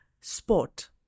sport